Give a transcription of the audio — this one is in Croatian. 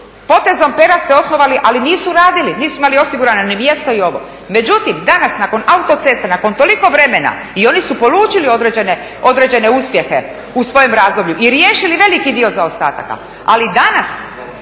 Potezom pera ste osnovali, ali nisu radili, nisu imali osigurani ni mjesto ni ovo. Međutim danas nakon autocesta nakon toliko vremena i oni su polučili određene uspjehe u svojem razdoblju i riješili veliki dio zaostataka. Ali danas